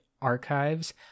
archives